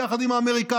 וביחד עם האמריקאים.